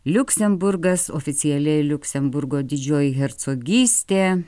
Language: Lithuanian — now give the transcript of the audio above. liuksemburgas oficialiai liuksemburgo didžioji hercogystė